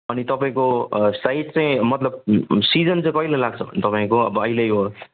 अनि तपाईँको साइड चाहिँ मतलब सिजन चाहिँ कहिले लाग्छ भने चाहिँ तपाईँको अब अहिल्यै हो